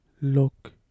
look